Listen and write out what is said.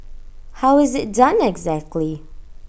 how is IT done exactly